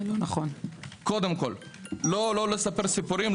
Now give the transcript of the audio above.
לא לספר סיפורים.